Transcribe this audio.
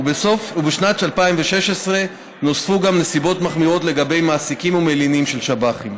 בשנת 2016 נוספו נסיבות מחמירות גם לגבי מעסיקים ומלינים של שב"חים.